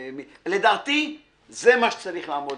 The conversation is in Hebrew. לדעתי זה מה שצריך לעמוד.